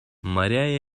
моря